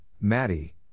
Maddie